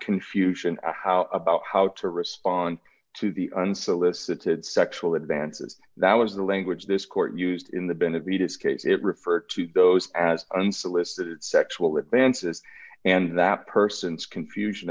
confusion how about how to respond to the unsolicited sexual advances that was the language this court used in the benevides case it refer to those as unsolicited sexual advances and that person's confusion